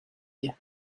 you